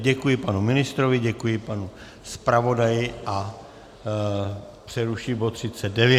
Děkuji panu ministrovi, děkuji panu zpravodaji a přeruším bod 39.